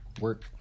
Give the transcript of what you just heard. work